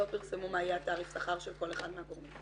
לא פרסמו מה יהיה התעריף שכר של כל אחד מהגורמים.